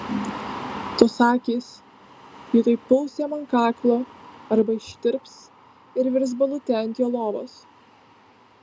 tos akys ji tuoj puls jam ant kaklo arba ištirps ir virs balute ant jo lovos